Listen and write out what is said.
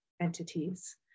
entities